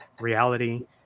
reality